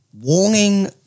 warning